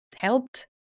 helped